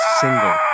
single